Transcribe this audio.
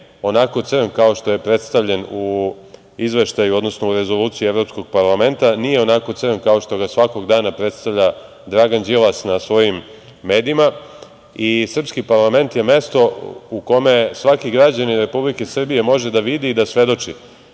onako crn kao što je predstavljen u izveštaju, odnosno u Rezoluciji Evropskog parlamenta. Nije onako crn kao što ga svakog dana predstavlja Dragan Đilas na svojim medijima. Srpski parlament je mesto u kome svaki građanin Republike Srbije može da vidi i da svedoči